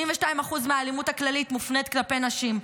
82% מהאלימות הכללית מופנית כלפי נשים.